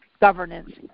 governance